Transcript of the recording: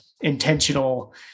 intentional